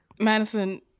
Madison